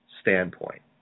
standpoint